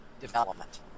development